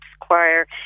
Choir